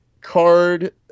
Card